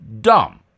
dumb